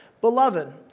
Beloved